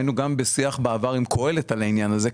היינו בשיח בעבר גם עם קהלת על העניין הזה,